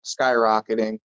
skyrocketing